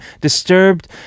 disturbed